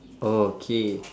oh K